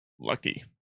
Lucky